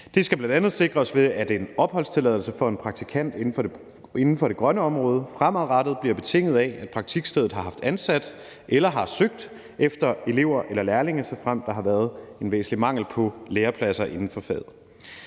Det skal bl.a. sikres, ved at en opholdstilladelse for en praktikant inden for det grønne område fremadrettet bliver betinget af, at praktikstedet har haft ansat eller søgt efter elever eller lærlinge, såfremt der har været en væsentlig mangel på lærepladser inden for faget.